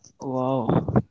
wow